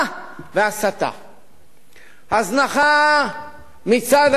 הזנחה מצד הגורמים הממשלתיים שהיו אחראים לטפל בעניין.